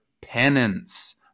Penance